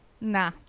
nah